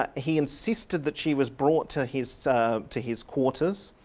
ah he insisted that she was brought to his to his quarters,